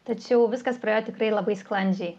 tačiau viskas praėjo tikrai labai sklandžiai